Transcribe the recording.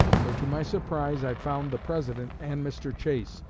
where to my surprise i found the president and mr. chase,